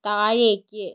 താഴേക്ക്